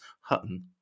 Hutton